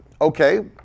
Okay